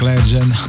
legend